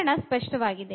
ಕಾರಣ ಸ್ಪಷ್ಟವಾಗಿದೆ